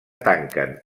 tanquen